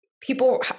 People